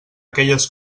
aquelles